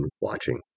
watching